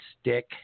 stick